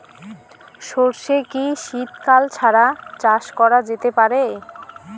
সর্ষে কি শীত কাল ছাড়া চাষ করা যেতে পারে?